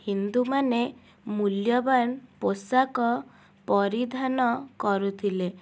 ହିନ୍ଦୁମାନେ ମୂଲ୍ୟବାନ ପୋଷାକ ପରିଧାନ କରୁଥିଲେ